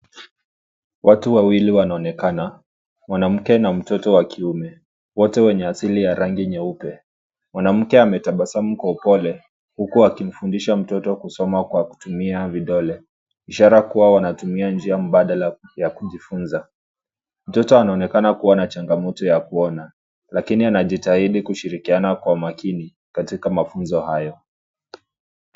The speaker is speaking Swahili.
Watu wawili wanaonekana, mwanamke na mtoto wa kiume, wote wenye asili ya rangi nyeupe. Mwanamke ametabasamu kwa upole huku akimfundisha mtoto kusoma kwa kutumia vidole, ishara kuwa wanatumia njia mbadala ya kujifunza. Mtoto anaonekana kuwa na changamoto ya kuona, lakini anajitahidi kushirikiana kwa makini, katika mafunzo hayo.